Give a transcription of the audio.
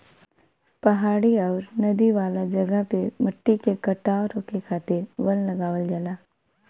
पहाड़ी आउर नदी वाला जगह पे मट्टी के कटाव रोके खातिर वन लगावल जाला